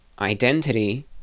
identity